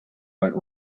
might